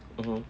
mmhmm